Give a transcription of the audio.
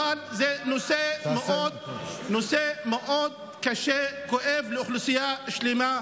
אבל זה נושא מאוד קשה וכואב לאוכלוסייה שלמה.